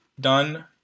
done